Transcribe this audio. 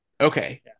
Okay